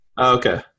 Okay